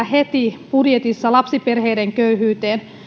heti lapsiperheiden köyhyyteen